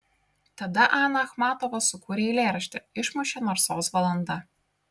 tada ana achmatova sukūrė eilėraštį išmušė narsos valanda